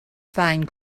find